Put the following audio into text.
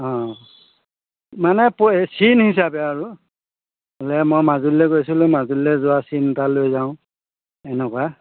অঁ মানে চিন হিচাপে আৰু হ'লে মই মাজুলিলে গৈছিলোঁ মাজুলিলে যোৱা চিন এটা লৈ যাওঁ এনেকুৱা